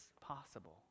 possible